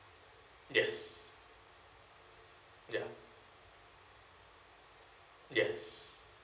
yes ya yes